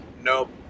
nope